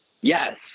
yes